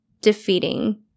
defeating